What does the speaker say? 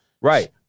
Right